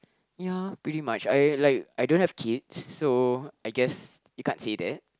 ya pretty much I like I don't have kids so I guess you can't say that